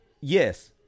yes